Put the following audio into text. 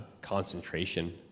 concentration